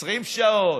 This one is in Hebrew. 20 שעות,